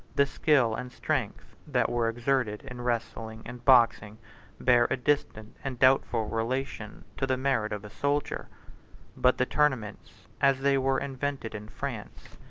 the skill and strength that were exerted in wrestling and boxing bear a distant and doubtful relation to the merit of a soldier but the tournaments, as they were invented in france,